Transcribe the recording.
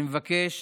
אני מבקש